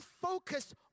focus